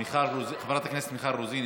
חברת הכנסת מיכל רוזין,